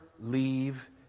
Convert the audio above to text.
leave